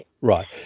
right